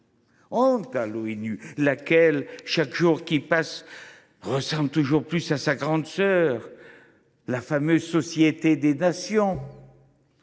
Honte à l’ONU, laquelle, chaque jour qui passe, ressemble toujours plus à sa grande sœur, la fameuse Société des Nations,